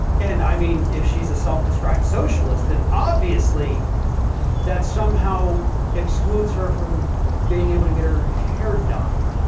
and i mean if she's a self-described socialist, then obviously that somehow excludes her from being able to get her hair done.